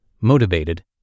motivated